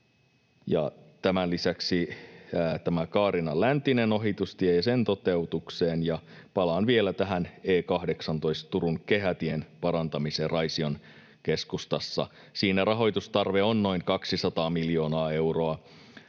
tämän lisäksi Kaarinan läntiseen ohitustiehen ja sen toteutukseen. Palaan vielä tähän E18:n, Turun kehätien, parantamiseen Raision keskustassa. Siinä rahoitustarve on noin 200 miljoonaa euroa.